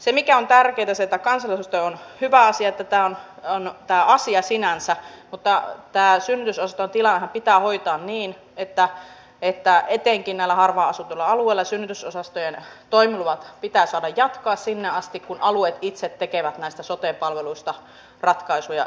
se mikä on tärkeätä on se että kansalaisaloitteen asia on sinänsä hyvä mutta tämä synnytysosastojen tilanne pitää hoitaa niin että etenkin näillä harvaan asutuilla alueilla synnytysosastojen toimilupia pitää saada jatkaa sinne asti kunnes alueet itse tekevät näistä sote palveluista ratkaisuja jatkossa